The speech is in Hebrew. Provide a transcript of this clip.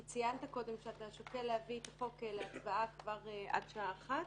כי ציינת קודם שאתה שוקל להביא את החוק להצבעה עד השעה אחת,